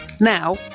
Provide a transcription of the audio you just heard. Now